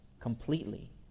completely